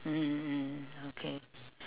mm mm okay